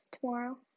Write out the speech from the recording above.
tomorrow